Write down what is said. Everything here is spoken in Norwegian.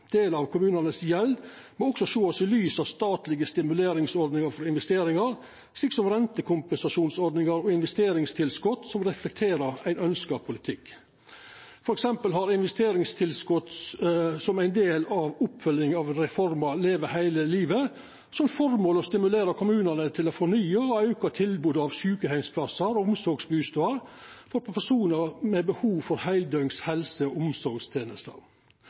av gjelda til kommunane må også sjåast i lys av statlege stimuleringsordningar for investeringar, slik som rentekompensasjonsordningar og investeringstilskot som reflekterer ein ønskt politikk. For eksempel har investeringstilskotet som er ein del av oppfølginga av reforma Leve hele livet, som føremål å stimulera kommunane til å fornya og auka tilbodet av sjukeheimsplassar og omsorgsbustader for personar med behov for heildøgns helse- og omsorgstenester.